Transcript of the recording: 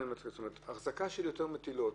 החזקה של יותר מטילות